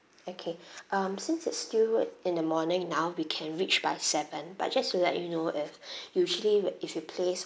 okay um since it's still in the morning now we can reach by seven but just to let you know if usually if you place